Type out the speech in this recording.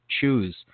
choose